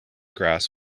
grass